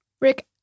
Rick